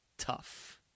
Tough